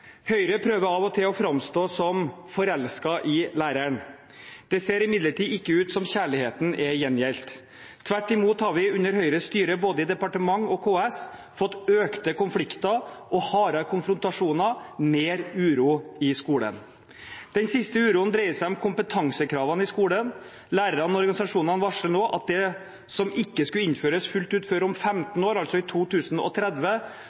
Høyre prøver av og til å framstå som «forelska i lærer’n». Det ser imidlertid ikke ut som om kjærligheten er gjengjeldt. Tvert imot har vi under Høyres styre både i departementet og KS fått økte konflikter, hardere konfrontasjoner og mer uro i skolen. Den siste uroen dreier seg om kompetansekravene i skolen. Lærerne og organisasjonene varsler nå at det som ikke skulle innføres fullt ut før om 15 år, altså i 2030,